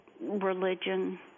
religion